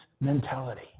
mentality